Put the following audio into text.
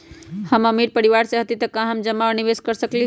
हम अमीर परिवार से न हती त का हम जमा और निवेस कर सकली ह?